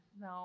No